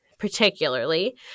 particularly